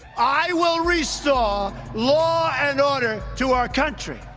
i will restore law and order to our country.